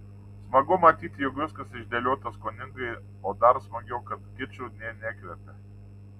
smagu matyti jog viskas išdėliota skoningai o dar smagiau kad kiču nė nekvepia